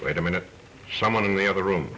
wait a minute someone in the other room